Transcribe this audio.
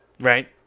Right